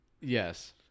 Yes